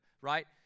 Right